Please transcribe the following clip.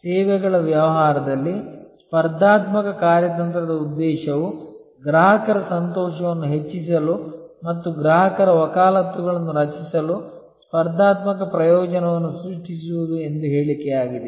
ಆದ್ದರಿಂದ ಸೇವೆಗಳ ವ್ಯವಹಾರದಲ್ಲಿ ಸ್ಪರ್ಧಾತ್ಮಕ ಕಾರ್ಯತಂತ್ರದ ಉದ್ದೇಶವು ಗ್ರಾಹಕರ ಸಂತೋಷವನ್ನು ಹೆಚ್ಚಿಸಲು ಮತ್ತು ಗ್ರಾಹಕರ ವಕಾಲತ್ತುಗಳನ್ನು ರಚಿಸಲು ಸ್ಪರ್ಧಾತ್ಮಕ ಪ್ರಯೋಜನವನ್ನು ಸೃಷ್ಟಿಸುವುದು ಎಂಬ ಹೇಳಿಕೆಯಾಗಿದೆ